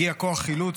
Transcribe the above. הגיע כוח חילוץ,